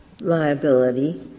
liability